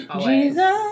Jesus